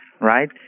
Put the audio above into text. right